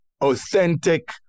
authentic